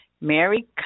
Mary